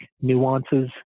nuances